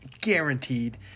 guaranteed